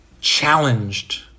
challenged